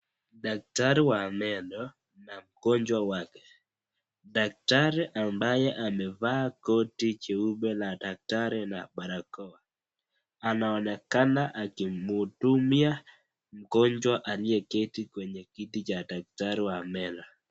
Daktari wa meno na mgonjwa wake. Daktari ambaye amevaa koti jeupe na daftari na barakoa, anaonekana akimhudumia mgojwa aliyeketi kwenye kiti cha daktari wa meno.